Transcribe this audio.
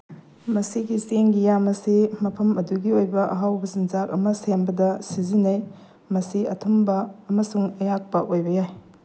ꯃꯁꯤꯒꯤ ꯆꯦꯡꯒꯤ ꯌꯥꯝ ꯑꯁꯤ ꯃꯐꯝ ꯑꯗꯨꯒꯤ ꯑꯣꯏꯕ ꯑꯍꯥꯎꯕ ꯆꯤꯟꯖꯥꯛ ꯑꯃ ꯁꯦꯝꯕꯗ ꯁꯤꯖꯤꯟꯅꯩ ꯃꯁꯤ ꯑꯊꯨꯝꯕ ꯑꯃꯁꯨꯡ ꯑꯌꯥꯛꯄ ꯑꯣꯏꯕ ꯌꯥꯏ